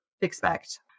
expect